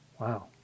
Wow